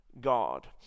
God